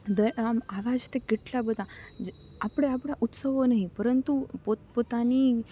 આવા જ તે કેટલા બધા આપણે આપણા ઉત્સવો નહીં પરંતુ પોત પોતાની